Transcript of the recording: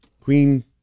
queen